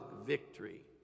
victory